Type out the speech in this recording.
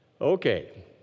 Okay